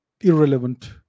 irrelevant